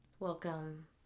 Welcome